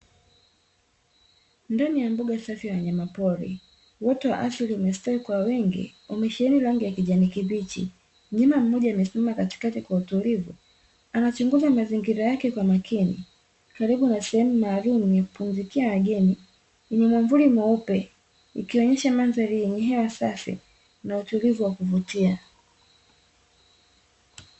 Ndani ya mbuga safi ya wanyamapori, uoto wa asili umestawi kwa wingi umesheheni rangi ya kijani kibichi. Mnyama mmoja amesimama katikati kwa utulivu, anachunguza mazingira yake kwa makini karibu na sehemu maalumu ya kupumzikia wageni yenye mwavuli mweupe, ikonyesha mandhari yenye hewa safi na utulivu wa kuvutia.